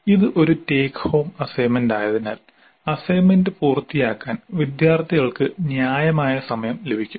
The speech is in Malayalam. ഇത് ഒരു ടേക്ക് ഹോം അസൈൻമെന്റ് ആയതിനാൽ അസൈൻമെന്റ് പൂർത്തിയാക്കാൻ വിദ്യാർത്ഥികൾക്ക് ന്യായമായ സമയം ലഭിക്കും